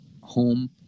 home